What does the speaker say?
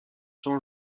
sont